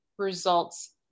results